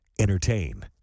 Entertain